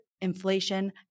inflation